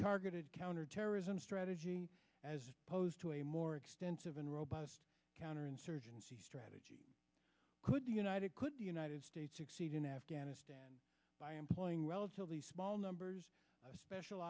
targeted counterterrorism strategy as opposed to a more extensive and robust counterinsurgency strategy could be united could the united states succeed in afghanistan by employing relatively small numbers special